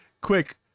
quick